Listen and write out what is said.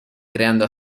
creando